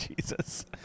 Jesus